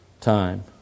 time